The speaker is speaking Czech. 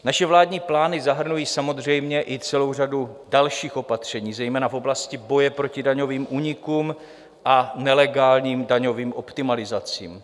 Naše vládní plány zahrnují samozřejmě i celou řadu dalších opatření, zejména v oblasti boje proti daňovým únikům a nelegálním daňovým optimalizacím.